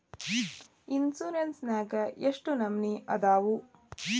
Insurance ನ್ಯಾಗ ಎಷ್ಟ್ ನಮನಿ ಅದಾವು?